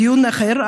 דיון אחר,